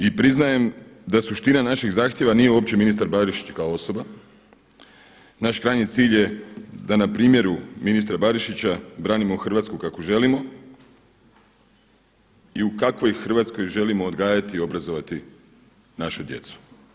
I priznajem da suština naših zahtjeva nije uopće ministar Barišić kao osoba, naš krajnji cilj je da na primjeru ministra Barišića branimo Hrvatsku kakvu želimo i u kakvoj Hrvatskoj želimo odgajati i obrazovati našu djecu.